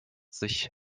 sich